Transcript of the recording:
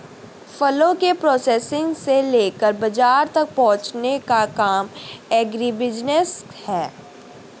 फलों के प्रोसेसिंग से लेकर बाजार तक पहुंचने का काम एग्रीबिजनेस है